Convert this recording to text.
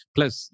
Plus